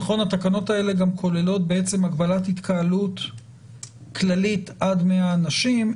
נכון התקנות האלה גם כוללות בעצם הגבלת התקהלות כללית עד 100 אנשים,